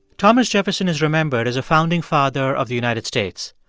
thomas jefferson is remembered as a founding father of the united states.